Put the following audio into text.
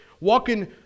walking